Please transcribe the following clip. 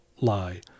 lie